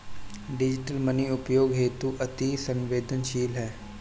digital money उपयोग हेतु अति सवेंदनशील है